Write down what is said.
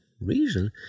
reason